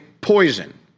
poison